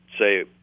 say